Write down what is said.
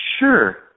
Sure